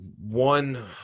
one